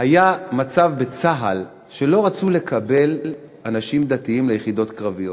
היה מצב בצה"ל שלא רצו לקבל אנשים דתיים ליחידות קרביות.